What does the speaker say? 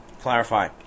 clarify